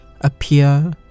appear